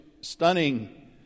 stunning